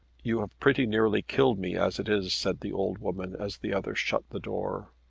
you have pretty nearly killed me as it is, said the old woman as the other shut the door.